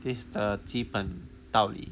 this err 基本道理